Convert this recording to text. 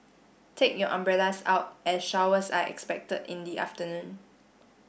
take your umbrellas out as showers are expected in the afternoon